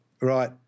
right